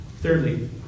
Thirdly